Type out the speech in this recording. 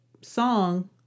song